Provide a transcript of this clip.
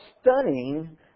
stunning